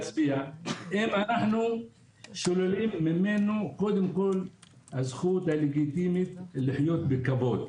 אם אנחנו שוללים מהאזרח את הזכות הלגיטימית לחיות בכבוד,